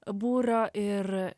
būrio ir